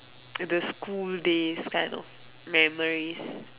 and the school days kind of memories